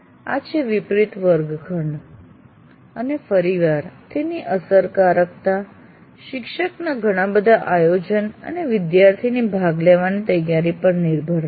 આ છે વિપરીત વર્ગખંડ અને ફરી એકવાર તેની અસરકારકતા શિક્ષકના ઘણા બધા આયોજન અને વિદ્યાર્થીઓની ભાગ લેવાની તૈયારી પર નિર્ભર રહેશે